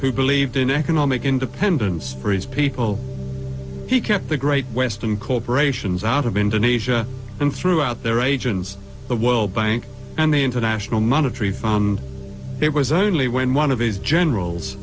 who believed in economic independence for his people he kept the great western corporations out of indonesia and throughout their agents the world bank and the international monetary from it was only when one of his generals